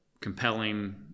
compelling